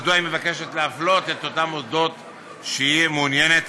מדוע היא מבקשת להפלות את אותם מוסדות שהיא מעוניינת